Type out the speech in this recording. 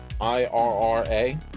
I-R-R-A